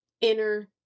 inner